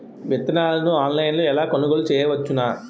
విత్తనాలను ఆన్లైన్లో ఎలా కొనుగోలు చేయవచ్చున?